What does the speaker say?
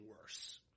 worse